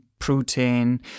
Protein